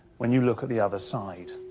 when you look at the other side.